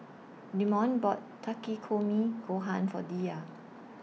Demond bought Takikomi Gohan For Diya